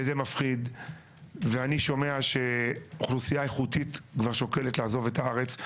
זה מפחיד ואני שומע שאוכלוסייה איכותית כבר שוקלת לעזוב את הארץ,